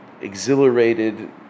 exhilarated